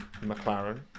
McLaren